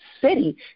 city